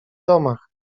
domach